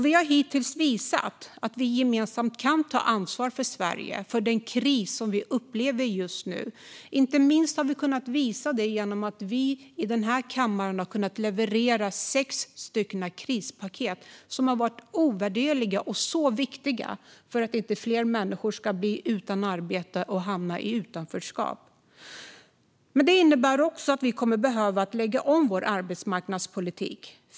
Vi har hittills visat att vi gemensamt kan ta ansvar för Sverige och den kris som vi upplever just nu. Vi har inte minst kunnat visa det genom att vi i den här kammaren har kunnat leverera sex krispaket som har varit ovärderliga och så viktiga för att inte fler människor ska bli utan arbete och hamna i utanförskap. Det innebär att vi kommer att behöva lägga om vår arbetsmarknadspolitik.